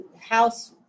house